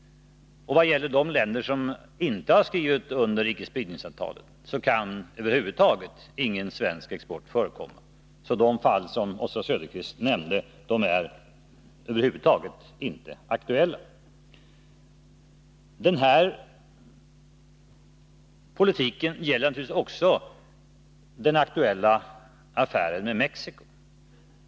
Vad gäller de länder som inte har skrivit under icke-spridningsavtalet kan över huvud taget ingen svensk export förekomma. De fall som Oswald Söderqvist nämnde är alltså inte aktuella. Den här politiken gäller naturligtvis också den aktuella affären med Mexico.